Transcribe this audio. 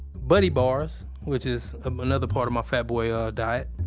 buddy bars, which is another part of my fat boy ah diet.